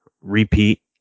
repeat